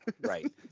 right